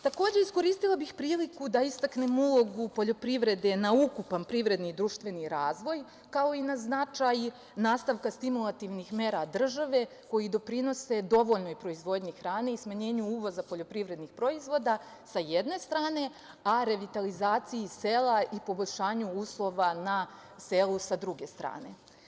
Takođe, iskoristila bih priliku da istaknem ulogu poljoprivrede na ukupan privredni i društveni razvoj, kao i na značaj nastavka stimulativnih mera države koji doprinose dovoljnoj proizvodnji hrane i smanjenju uvoza poljoprivrednih proizvoda, sa jedne strane, a revitalizaciji sela i poboljšanju uslova na selu sa druge strane.